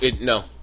No